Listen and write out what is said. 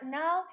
now